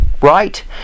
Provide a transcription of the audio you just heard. Right